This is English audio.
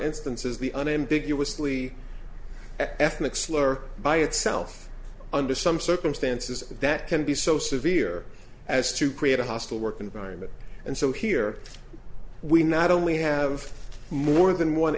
instances the unambiguous lee ethnic slur by itself under some circumstances that can be so severe as to create a hostile work environment and so here we not only have more than one